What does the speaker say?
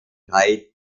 drei